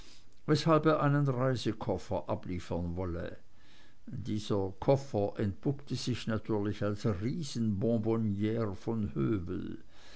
weshalb er einen reisekoffer abliefern wolle dieser koffer entpuppte sich natürlich als eine riesenbonbonniere von